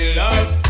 love